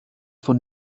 von